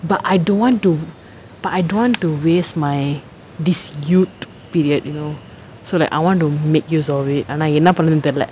but I don't want to but I don't want to waste my this youth period you know so like I want to make use of it ஆனா என்ன பண்றதுன்னு தெரில்ல:aanaa enna pandrathunu therilla